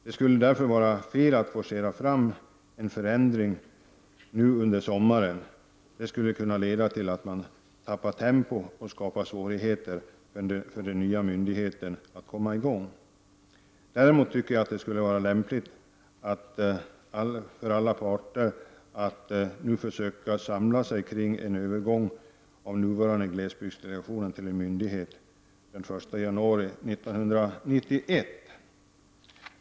Det skulle därför vara fel att forcera fram en förändring nu över sommaren. Det skulle kunna leda till att man tappade tempo och skapade svårigheter för den nya myndigheten att komma i gång. Därför tycker jag att det vore lämpligt om alla parter nu försökte samla sig kring en övergång av nuvarande glesbygdsdelegation till myndighet från den 1 januari 1991.